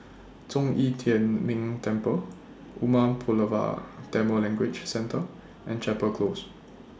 Zhong Yi Tian Ming Temple Umar Pulavar Tamil Language Centre and Chapel Close